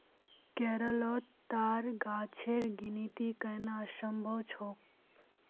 केरलोत ताड़ गाछेर गिनिती करना असम्भव छोक